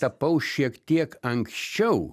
tapau šiek tiek anksčiau